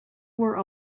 were